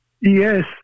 Yes